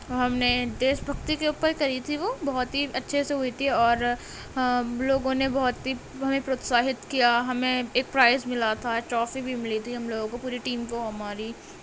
ہم نے دیش بھکتی کے اوپر کری تھی وہ بہت ہی اچھے سے ہوئی تھی اور لوگوں نے بہت ہی ہمیں پروتساہت کیا ہمیں ایک پرائز ملا تھا ٹرافی بھی ملی تھی ہم لوگوں کو پوری ٹیم کو ہماری